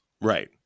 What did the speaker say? Right